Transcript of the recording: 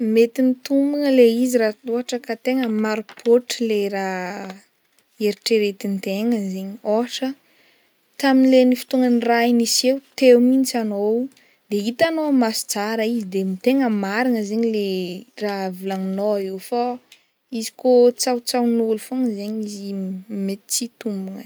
Mety mitombogna le izy raha ohatra ka tegna marim-pôtotro le raha eritreretin'tegna zegny ôhatra tam'leny fotoagnan'ny raha niseho teo mihintsy anao de hitanao maso tsara izy de tegna marigna zegny le raha volagninao fô izy kô tsahotsahon'olo fogna zegny izy mety tsy hitombogna.